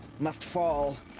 must fall.